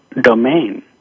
domain